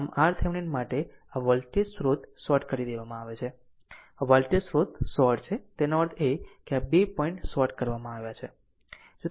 આમ RThevenin માટે આ વોલ્ટેજ સ્ત્રોત શોર્ટ કરી દેવામાં આવે છે આ વોલ્ટેજ સ્રોત શોર્ટ છે તેનો અર્થ એ કે આ બે પોઇન્ટ શોર્ટ લેવામાં આવ્યા છે